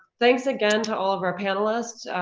thanks again to all of our panelists.